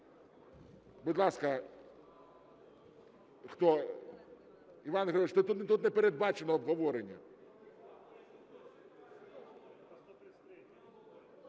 Будь ласка, хто? Іван Григорович, тут не передбачено обговорення.